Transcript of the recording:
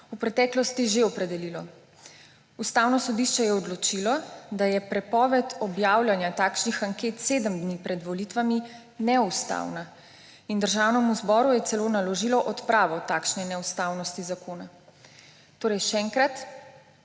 v preteklosti že opredelilo. Ustavno sodišče je odločilo, da je prepoved objavljanja takšnih anket sedem dni pred volitvami neustavna, in Državnemu zboru je celo naložilo odpravo takšne neustavnosti zakona. Torej še enkrat.